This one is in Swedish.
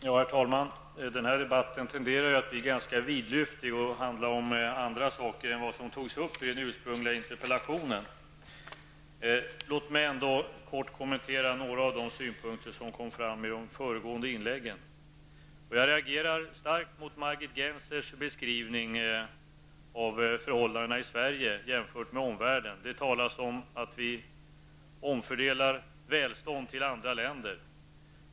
Herr talman! Denna debatt har tenderat att bli ganska vidlyftig och handla om andra saker än vad som togs upp i den ursprungliga interpellationen. Låt mig ändå kort kommentera några av de synpunkter som kom fram i de föregående inläggen. Jag reagerar starkt mot Margit Gennsers beskrivning av förhållandena i Sverige jämfört med förhållandena i omvärlden. Det talades om att vi omfördelar välstånd från Sverige till andra länder.